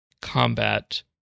combat